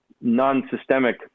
non-systemic